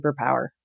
superpower